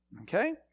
okay